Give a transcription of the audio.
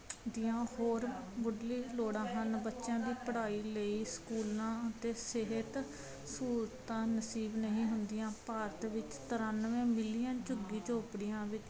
ਦੀਆਂ ਹੋਰ ਮੁੱਢਲੀ ਲੋੜਾਂ ਹਨ ਬੱਚਿਆਂ ਦੀ ਪੜ੍ਹਾਈ ਲਈ ਸਕੂਲਾਂ ਅਤੇ ਸਿਹਤ ਸਹੂਲਤਾਂ ਨਸੀਬ ਨਹੀਂ ਹੁੰਦੀਆਂ ਭਾਰਤ ਵਿੱਚ ਤਰਾਨਵੇਂ ਮਿਲੀਅਨ ਝੁੱਗੀ ਝੋਂਪੜੀਆਂ ਵਿੱਚ